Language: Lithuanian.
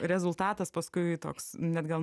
rezultatas paskui toks net gal